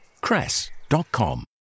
cress.com